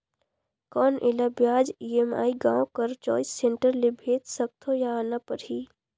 कौन एला ब्याज ई.एम.आई गांव कर चॉइस सेंटर ले भेज सकथव या आना परही?